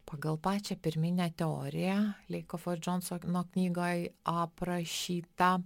pagal pačią pirminę teoriją leikofo ir džonsono knygoj aprašytą